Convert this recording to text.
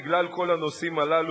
בגלל כל הנושאים הללו,